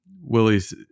Willie's